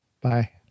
Bye